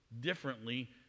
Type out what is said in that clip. differently